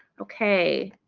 okay.